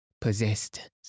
Possessed